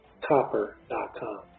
copper.com